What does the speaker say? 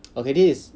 okay this is